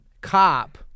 cop